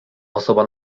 osoba